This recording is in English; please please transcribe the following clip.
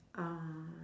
uh